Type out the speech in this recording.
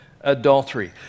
adultery